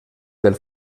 del